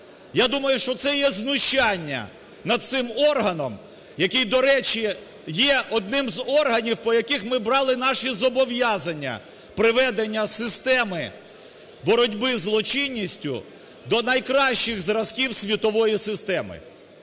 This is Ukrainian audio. Я думаю, що це є знущання над цим органом, який, до речі, є одним з органів, по яких ми брали наші зобов'язання приведення системи боротьби з злочинністю до найкращих зразків світової системи.